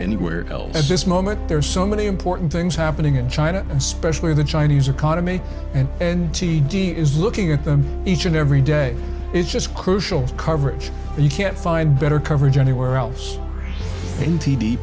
anywhere else at this moment there are so many important things happening in china especially the chinese economy and and t d is looking at them each and every day is just crucial coverage and you can't find better coverage anywhere else